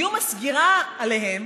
איום הסגירה עליהם,